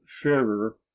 fairer